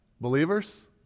believers